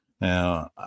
now